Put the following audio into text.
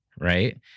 right